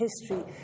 history